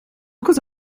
cosa